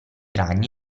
ragni